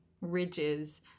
ridges